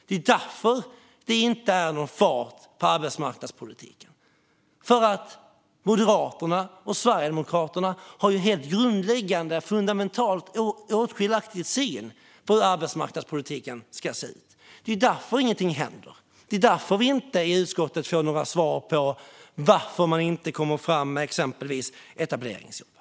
Det är därför som det inte är någon fart på arbetsmarknadspolitiken. Moderaterna och Sverigedemokraterna har en fundamentalt skiljaktig syn på hur arbetsmarknadspolitiken ska se ut. Det är därför ingenting händer. Det är därför vi inte i utskottet får några svar på varför man inte kommer fram med exempelvis etableringsjobben.